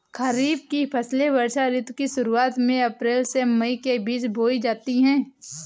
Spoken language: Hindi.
खरीफ की फसलें वर्षा ऋतु की शुरुआत में अप्रैल से मई के बीच बोई जाती हैं